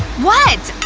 what?